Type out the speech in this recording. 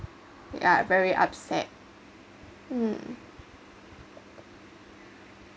yeah very upset um